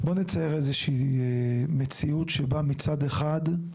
בוא נצייר איזו שהיא מציאות שבה, מצד אחד,